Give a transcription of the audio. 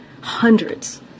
hundreds